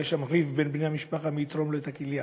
היה שם ריב בין בני המשפחה מי יתרום לו את הכליה,